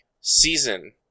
season